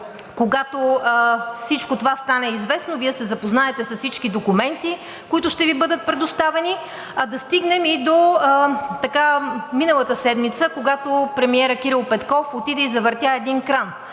когато всичко това стане известно – Вие се запознаете с всички документи, които ще бъдат предоставени, да стигнем и до – миналата седмица, когато премиерът Кирил Петков отиде и завъртя един кран,